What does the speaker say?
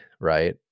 Right